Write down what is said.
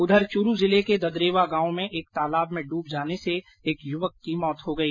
उधर चूरू जिले के ददरेवा गांव में एक तालाब में डूब जाने से एक युवक की मौत हो गई